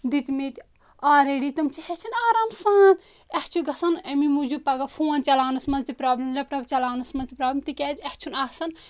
دِتۍ مٕتۍ آلریٚڑی تِم چھِ ہیٚچھان آرام سان اَسہِ چھُ گژھان اَمی موٗجوٗب پگاہ فون چَلاونَس منٛز تہِ پرٛابلِم لٮ۪پ ٹاپ چَلاونَس منٛز تہِ پرٛابلِم تِکیازِ اَسہِ چھُنہٕ آسان